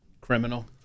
Criminal